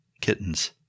kittens